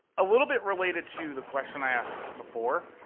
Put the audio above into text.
a little bit related to the question i asked before.